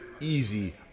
easy